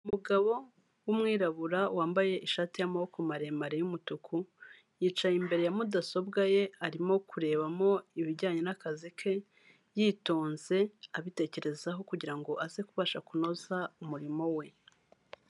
Umugabo w'umwirabura wambaye ishati y'amaboko maremare y'umutuku yicaye imbere ya mudasobwa ye arimo kurebamo ibijyanye n'akazi ke yitonze abitekerezaho kugira ngo aze kubasha kunoza umurimo we.